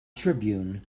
tribune